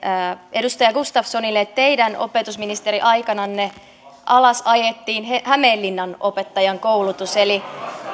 edustaja gustafssonille teidän opetusministeriaikananne ajettiin alas hämeenlinnan opettajankoulutus